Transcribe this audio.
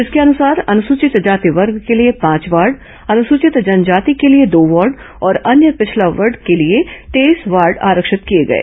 इसके अनुसार अनुसूचित जाति वर्ग के लिए पांच वार्ड अनुसूचित जनजाति के लिए दो वार्ड और अन्य पिछड़ा वर्ग के लिए तेईस वार्ड आरक्षित किए गए